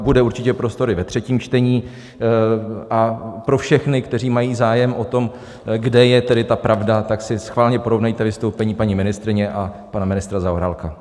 Bude určitě prostor i ve třetím čtení a pro všechny, kteří mají zájem o tom, kde je pravda, tak si schválně porovnejte vystoupení paní ministryně a pana ministra Zaorálka.